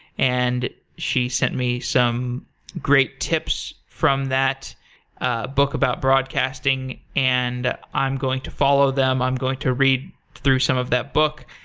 and she sent me some great tips from that ah book about broadcasting, and i'm going to follow them. i'm going to read through some of that book.